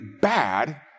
bad